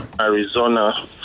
Arizona